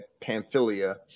Pamphylia